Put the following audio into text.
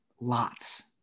lots